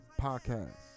Podcast